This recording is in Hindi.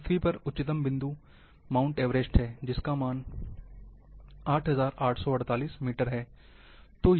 पृथ्वी पर उच्चतम बिंदु माउंट एवरेस्ट है जिसका मान 8848 मीटर है